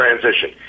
transition